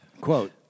quote